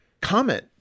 comment